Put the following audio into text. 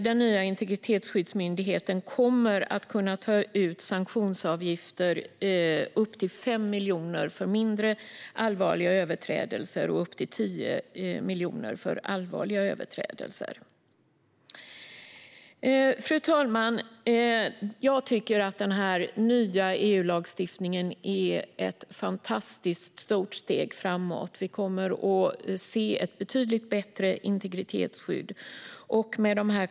Den nya integritetsskyddsmyndigheten kommer att kunna ta ut sanktionsavgifter på upp till 5 miljoner för mindre allvarliga överträdelser och upp till 10 miljoner för allvarliga överträdelser. Fru talman! Jag tycker att den nya EU-lagstiftningen är ett stort steg framåt. Vi kommer att se ett betydligt bättre integritetsskydd.